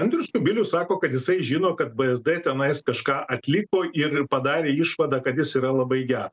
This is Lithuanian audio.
andrius kubilius sako kad jisai žino kad bsd tenais kažką atliko ir padarė išvadą kad jis yra labai geras